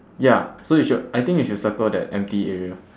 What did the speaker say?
ya so you should I think you should circle that empty area